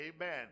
Amen